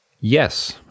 Yes